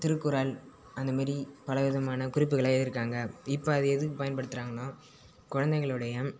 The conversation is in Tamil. திருக்குறள் அந்த மேரி பலவிதமான குறிப்புகள எழுதிருக்காங்க இப்போ அது எதுக்கு பயன்படுத்துறாங்கனா குழந்தைங்களுடைய